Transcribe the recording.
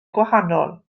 gwahanol